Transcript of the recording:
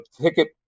ticket